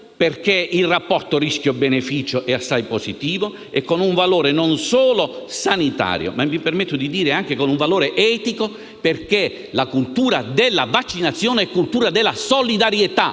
perché il rapporto rischio-beneficio è assai positivo e con un valore non solo sanitario, ma mi permetto di dire anche etico, perché la cultura della vaccinazione è cultura della solidarietà: